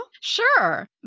Sure